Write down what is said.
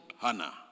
Hannah